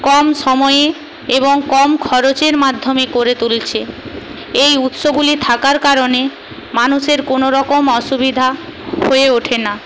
কম সময়ে এবং কম খরচের মাধ্যমে করে তুলছে এই উৎসগুলি থাকার কারণে মানুষের কোনোরকম অসুবিধা হয়ে ওঠে না